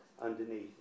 underneath